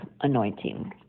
anointing